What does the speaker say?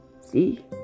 See